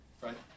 Right